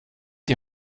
die